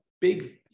big